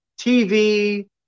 TV